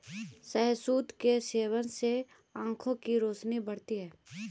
शहतूत के सेवन से आंखों की रोशनी बढ़ती है